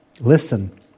Listen